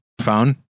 phone